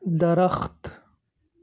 درخت